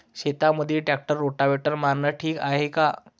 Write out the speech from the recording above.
शेतामंदी tractor rotavator मारनं ठीक हाये का?